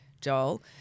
Joel